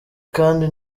kandi